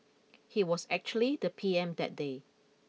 he was actually the P M that day